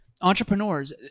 entrepreneurs